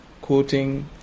quoting